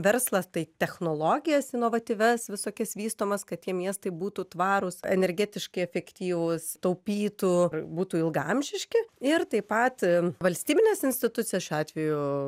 verslas tai technologijas inovatyvias visokias vystomas kad tie miestai būtų tvarūs energetiškai efektyvūs taupytų būtų ilgaamžiški ir taip pat valstybines institucijas šiuo atveju